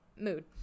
mood